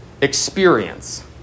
experience